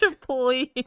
please